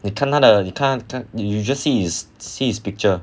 你看他的你看他的 you you just see see his picture